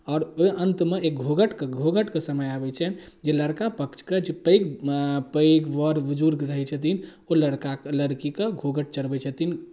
आओर ओहि अन्तमे एक घोघटके घोघटके समय आबै छै जे लड़का पक्षके जे पैघ पैघ बड़ बुजुर्ग रहै छथिन ओ लड़काके लड़कीकेँ घोघट चढ़बै छथिन